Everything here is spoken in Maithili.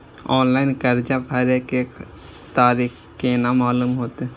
ऑनलाइन कर्जा भरे के तारीख केना मालूम होते?